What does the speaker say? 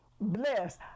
bless